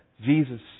Jesus